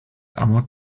amok